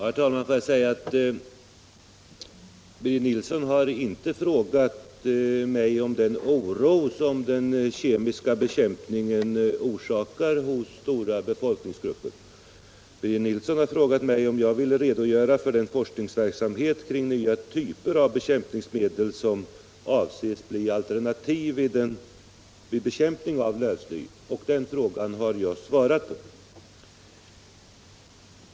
Herr talman! Birger Nilsson har inte frågat mig om den oro som den kemiska bekämpningen orsakar hos stora befolkningsgrupper. Birger Nilsson har frågat om jag vill redogöra för den forskningsverksamhet som pågår kring nya typer av bekämpningsmedel, som avses bli alternativ vid bekämpning av lövsly, och den frågan har jag svarat på.